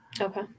Okay